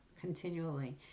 continually